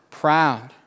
proud